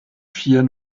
vier